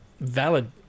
valid